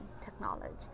technology